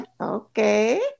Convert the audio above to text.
Okay